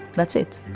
that's it,